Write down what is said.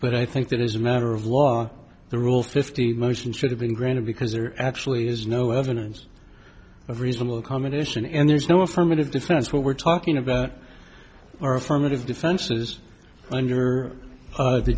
but i think that as a matter of law the rule fifty motion should have been granted because there actually is no evidence of reasonable accommodation and there's no affirmative defense when we're talking about our affirmative defenses under the